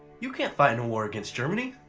you can't find in a war against germany!